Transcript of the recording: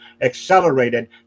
accelerated